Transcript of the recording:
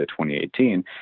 2018